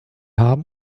haben